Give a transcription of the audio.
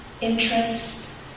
interest